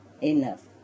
enough